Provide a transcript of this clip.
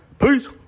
peace